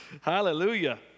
Hallelujah